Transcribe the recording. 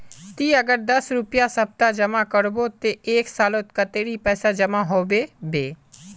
ती अगर दस रुपया सप्ताह जमा करबो ते एक सालोत कतेरी पैसा जमा होबे बे?